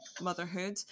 motherhood